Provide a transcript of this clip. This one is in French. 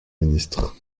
ministre